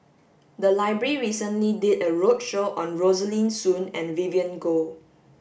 the library recently did a roadshow on Rosaline Soon and Vivien Goh